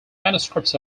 manuscripts